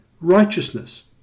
righteousness